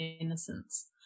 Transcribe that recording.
innocence